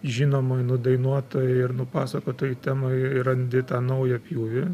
žinomoj nudainuotoj ir nupasakotoj temoj randi tą naują pjūvį